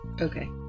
Okay